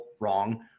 wrong